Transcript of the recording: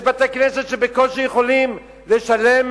יש בתי-כנסת שבקושי יכולים לשלם